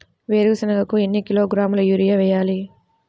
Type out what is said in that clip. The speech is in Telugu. వేరుశనగకు ఎన్ని కిలోగ్రాముల యూరియా వేయాలి?